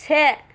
से